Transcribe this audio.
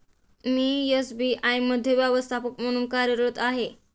मी SBI मध्ये व्यवस्थापक म्हणून कार्यरत आहे